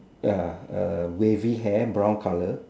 ya uh wavy hair brown colour